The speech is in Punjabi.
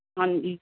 ਹਾਂਜੀ